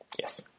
Yes